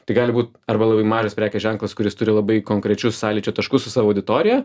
tai gali būt arba labai mažas prekės ženklas kuris turi labai konkrečius sąlyčio taškus su savo auditorija